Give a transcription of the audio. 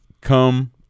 come